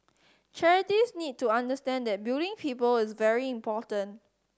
charities need to understand that building people is very important